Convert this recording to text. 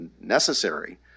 necessary